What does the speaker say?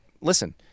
listen